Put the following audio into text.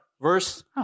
Verse